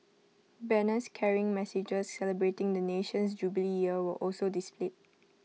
banners carrying messages celebrating the nation's jubilee year were also displayed